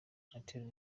atera